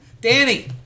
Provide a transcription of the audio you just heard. Danny